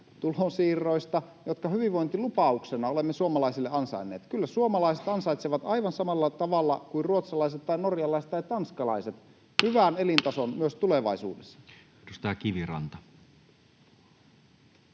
tulonsiirroista, jotka hyvinvointilupauksena olemme suomalaisille antaneet. Kyllä suomalaiset ansaitsevat aivan samalla tavalla kuin ruotsalaiset tai norjalaisten tai tanskalaiset hyvän elintason myös tulevaisuudessa. Edustaja Kiviranta.